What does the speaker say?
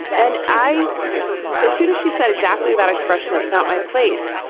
and i as soon as she said exactly that expression, that's not my place.